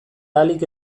ahalik